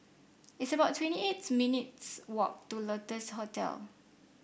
it's about twenty eight minutes' walk to Lotus Hostel